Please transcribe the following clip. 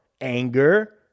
Anger